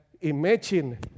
Imagine